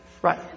Right